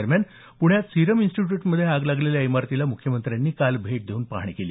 दरम्यान काल पृण्यात सिरम इन्स्टिट्यूटमध्ये आग लागलेल्या इमारतीला मुख्यमंत्र्यांनी काल भेट देऊन पाहणी केली